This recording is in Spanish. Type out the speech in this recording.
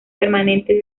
permanente